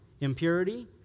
impurity